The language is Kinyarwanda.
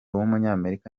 w’umunyamerika